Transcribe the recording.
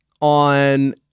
on